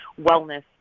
wellness